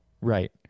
Right